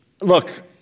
look